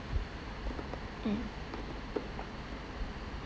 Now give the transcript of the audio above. mm